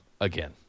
again